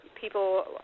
people